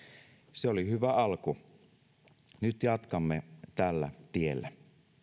se oli hyvä alku nyt jatkamme tällä tiellä